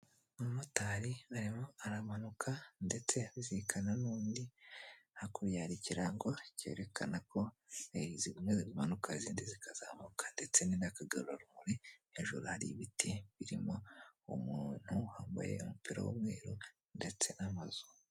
umumotari arimo aramanuka ndetse abisikana n'undi, hakurya hari ikirango cyerekana ko zikomeza zimanuka izindi zikazamuka, ndetse n'akagarurarumuri, hejuru hari ibiti birimo umuntu wambaye umupira w'umweru ndetse n'amazu.